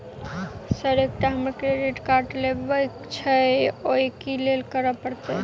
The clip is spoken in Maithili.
सर एकटा हमरा क्रेडिट कार्ड लेबकै छैय ओई लैल की करऽ परतै?